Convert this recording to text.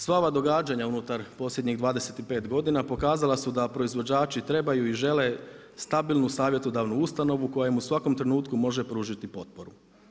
Sva ova događanja unutar posljednjih 25 godina pokazala su da proizvođači trebaju i žele stabilnu savjetodavnu ustanovu koja im u svakom trenutku može pružiti potporu.